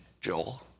Joel